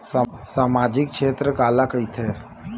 सामजिक क्षेत्र काला कइथे?